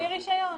בלי רישיון.